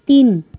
तिन